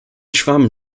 schwamm